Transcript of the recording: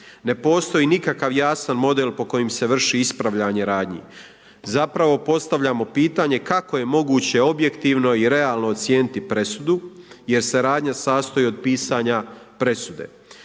Ne postoji nikakav jasan model po kojem se vrši ispravljanje radnje. Zapravo postavljamo pitanje kako je moguće objektivno i realno ocijeniti presudu jer se radnja sastoji od pisanja presude.